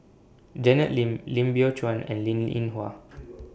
Janet Lim Lim Biow Chuan and Linn in Hua